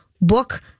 Book